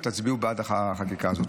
ותצביעו בעד החקיקה הזאת.